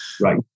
Right